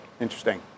Interesting